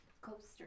Coaster